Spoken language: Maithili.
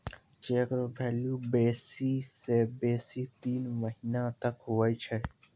चेक रो भेल्यू बेसी से बेसी तीन महीना तक हुवै छै